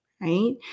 Right